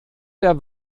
der